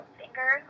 finger